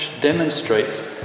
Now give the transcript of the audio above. demonstrates